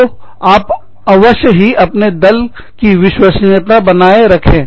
तो आप अवश्य ही अपने दल की विश्वसनीयता बनाए रखें